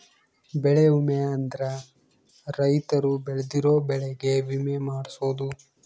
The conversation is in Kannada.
ಬೆಳೆ ವಿಮೆ ಅಂದ್ರ ರೈತರು ಬೆಳ್ದಿರೋ ಬೆಳೆ ಗೆ ವಿಮೆ ಮಾಡ್ಸೊದು